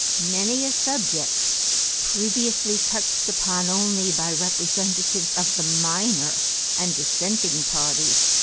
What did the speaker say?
many a subject previously touched upon only by representatives of the minor and dissenting parties,